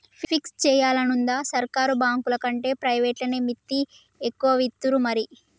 fix జేయాలనుందా, సర్కారు బాంకులకంటే ప్రైవేట్లనే మిత్తి ఎక్కువిత్తరు మరి